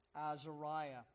Azariah